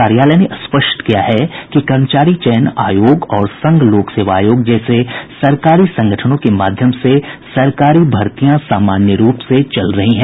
कार्यालय ने स्पष्ट किया है कि कर्मचारी चयन आयोग और संघ लोक सेवा आयोग जैसे सरकारी संगठनों के माध्यम से सरकारी भर्तियां सामान्य रूप से चल रही हैं